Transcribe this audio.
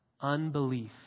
Unbelief